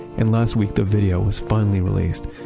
and last week the video was finally released.